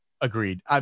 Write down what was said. Agreed